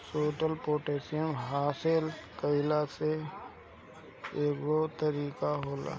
short position हासिल कईला के कईगो तरीका होला